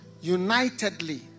unitedly